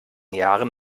jahren